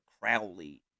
Crowley